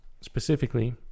specifically